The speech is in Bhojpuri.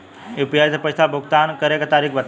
यू.पी.आई से पईसा भुगतान करे के तरीका बताई?